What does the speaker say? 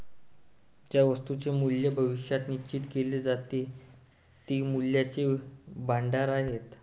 ज्या वस्तूंचे मूल्य भविष्यात निश्चित केले जाते ते मूल्याचे भांडार आहेत